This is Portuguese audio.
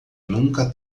nunca